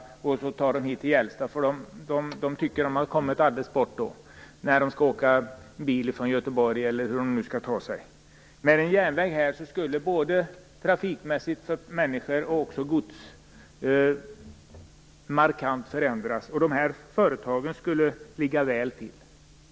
Vi vågar inte ta dem hit till Gällstad, för då tycker de att de har kommit bort. De måste ju åka bil från Göteborg, eller hur de nu skall ta sig hit Med en järnväg här skulle persontrafik och även godstrafik markant förändras, och de berörda företagen skulle ligga väl till.